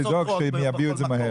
זה לדאוג שהם יביאו את זה מהר.